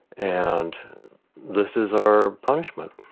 and this is our punishment,